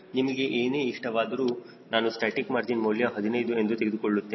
ನಿಮಗೆ ಏನೇ ಇಷ್ಟವಾದರೂ ನಾನು ಸ್ಟಾಸ್ಟಿಕ್ ಮಾರ್ಜಿನ್ ಮೌಲ್ಯ 15 ಎಂದು ತೆಗೆದುಕೊಳ್ಳುತ್ತೇನೆ